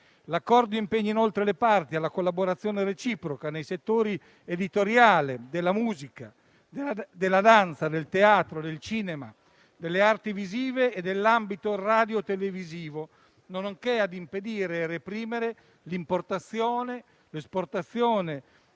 L'Accordo impegna inoltre le parti alla collaborazione reciproca nei settori editoriale, della musica, della danza, del teatro, del cinema, delle arti visive e dell'ambito radiotelevisivo, nonché ad impedire e reprimere l'importazione, l'esportazione